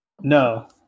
No